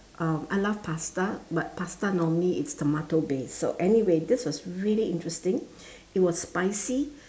um I love pasta but pasta normally it's tomato based so anyway this was really interesting it was spicy